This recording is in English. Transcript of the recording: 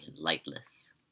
lightless